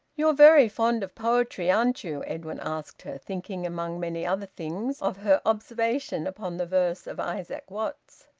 you're very fond of poetry, aren't you? edwin asked her, thinking, among many other things, of her observation upon the verse of isaac watts.